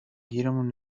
گیرمون